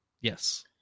Yes